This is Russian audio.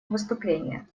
выступления